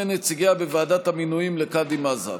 נציגיה בוועדת המינויים לקאדים מד'הב.